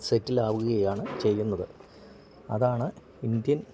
സെറ്റിലാവുകയാണ് ചെയ്യുന്നത് അതാണ് ഇന്ത്യൻ